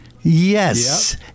Yes